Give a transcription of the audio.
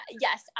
Yes